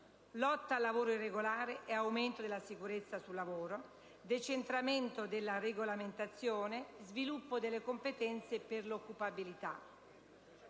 lotta al lavoro irregolare e aumento della sicurezza sul lavoro; decentramento della regolamentazione; sviluppo delle competenze per l'occupabilità;